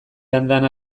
andana